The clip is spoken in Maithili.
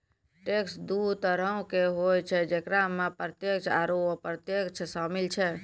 टैक्स दु तरहो के होय छै जेकरा मे प्रत्यक्ष आरू अप्रत्यक्ष कर शामिल छै